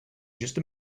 just